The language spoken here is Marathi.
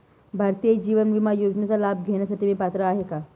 भारतीय जीवन विमा योजनेचा लाभ घेण्यासाठी मी पात्र आहे का?